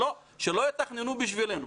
שלא יתכננו בשבילנו.